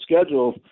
schedule